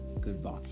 goodbye